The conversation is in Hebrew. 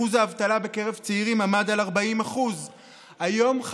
אחוז האבטלה בקרב צעירים עמד על 40%. היום,